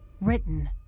Written